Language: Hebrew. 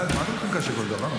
די, מה אתם לוקחים קשה כל דבר?